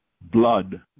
blood